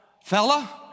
fella